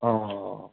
অঁ অঁ